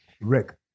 Rick